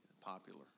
popular